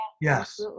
Yes